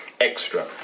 extra